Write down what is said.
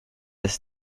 ist